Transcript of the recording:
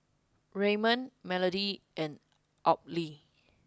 Raymond Melodie and Audley